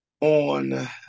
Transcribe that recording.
on, –